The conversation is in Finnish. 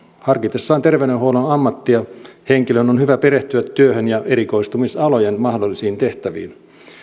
harkitessaan terveydenhuollon ammattia henkilön on hyvä perehtyä työhön ja erikoistumisalojen mahdollisiin tehtäviin